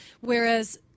whereas